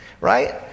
Right